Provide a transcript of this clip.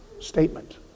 statement